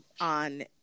on